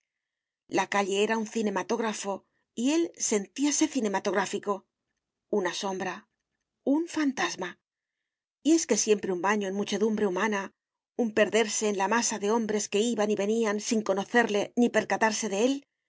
la calle era un cinematógrafo y él sentíase cinematográfico una sombra un fantasma y es que siempre un baño en muchedumbre humana un perderse en la masa de hombres que iban y venían sin conocerle ni percatarse de él le